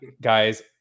guys